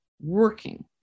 working